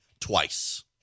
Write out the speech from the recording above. twice